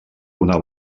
una